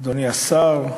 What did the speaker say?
אדוני השר,